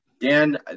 Dan